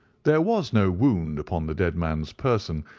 there was no wound upon the dead man's person,